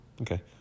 Okay